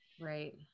Right